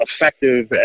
effective